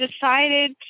decided